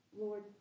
Lord